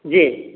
जी